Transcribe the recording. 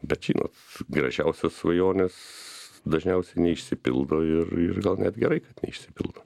bet žinot gražiausios svajonės dažniausiai neišsipildo ir ir gal net gerai kad neišsipildo